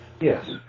Yes